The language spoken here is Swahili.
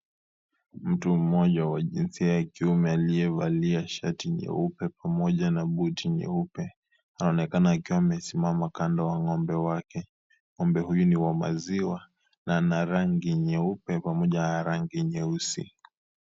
Mtu mmoja wa jinsia ya kiume aliyevalia shati jeupe pamoja na buti nyeupe anaonekana akiwa amesimama kando na ng'ombe wake. Ng'ombe huyu ni wa maziwa ana rangi nyeupe pamoja na rangi nyeusi.